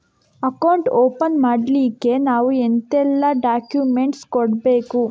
Account open ಮಾಡ್ಲಿಕ್ಕೆ ನಾವು ಎಂತೆಲ್ಲ ಡಾಕ್ಯುಮೆಂಟ್ಸ್ ಕೊಡ್ಬೇಕು?